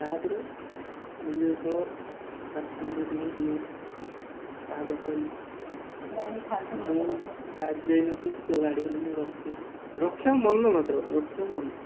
ତା'ପରେ ଯେମିତି ଯେତେବେଳେ ପାଟିତୁଣ୍ଡ ଟିକେ ହେଲୁ ପାପା କହିଲି ମୁଁ ଗାଡ଼ି ଦେଇନଥିଲି ତୋ ଗାଡ଼ି ହେଲୁ ମୁଁ ରଖିଲି ରଖିବାକୁ ମନ ମାତ୍ର ରଖିବା ମନ